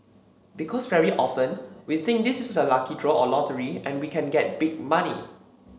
because very often we think this is a lucky draw or lottery and we can get big money